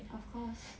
of course